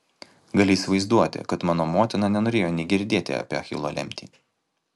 gali įsivaizduoti kad mano motina nenorėjo nė girdėti apie achilo lemtį